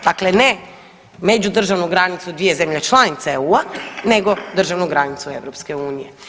Dakle ne međudržavnu granicu dvije zemlje članice EU, nego državnu granicu EU.